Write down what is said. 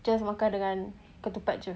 just makan dengan ketupat je